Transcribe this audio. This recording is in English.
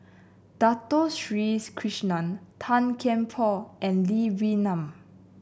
Dato Sri Krishna Tan Kian Por and Lee Wee Nam